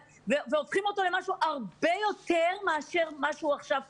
והופכים אותו למשהו הרבה יותר מאשר מה שהוא עכשיו כרגע.